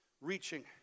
Reaching